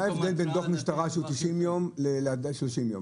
מה ההבדל בין דוח משטרה שהוא 90 יום לכאן שזה 30 יום?